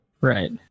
Right